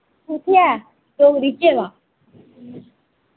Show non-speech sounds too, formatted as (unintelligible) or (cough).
कुत्थे ऐ (unintelligible)